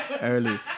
early